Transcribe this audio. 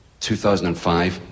2005